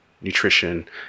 nutrition